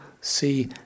see